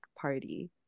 party